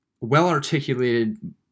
well-articulated